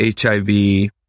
HIV